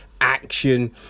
action